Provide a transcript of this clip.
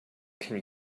can